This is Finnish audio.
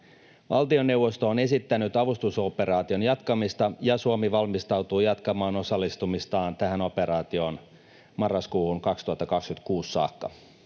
Valtioneuvosto on esittänyt avustusoperaation jatkamista, ja Suomi valmistautuu jatkamaan osallistumistaan tähän operaatioon marraskuuhun 2026 saakka.